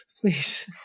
please